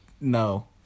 No